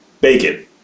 Bacon